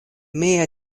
mia